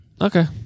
Okay